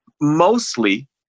Mostly